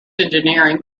engineering